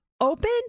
open